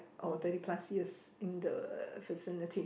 or thirty plus years in the vicinity